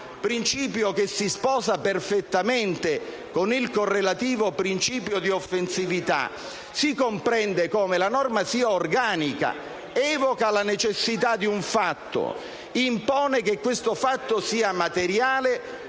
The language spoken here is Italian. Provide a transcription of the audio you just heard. principio che si sposa perfettamente con il correlativo principio di offensività - si comprende come la norma sia organica: essa evoca la necessità di un fatto, impone che esso sia materiale